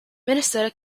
minnesota